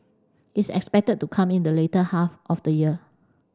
is expected to come in the later half of the year